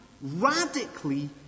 radically